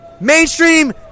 Mainstream